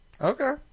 Okay